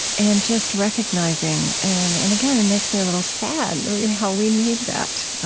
and just recognizing and and, again, it makes me a little sad how we need that.